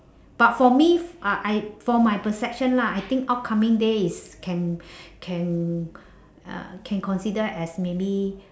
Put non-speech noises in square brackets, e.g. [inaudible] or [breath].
but for me f~ uh I for my perception lah I think outcoming day is can [breath] can [breath] uh can consider as maybe